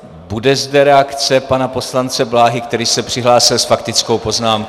Bude zde reakce pana poslance Bláhy, který se přihlásil s faktickou poznámkou.